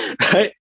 right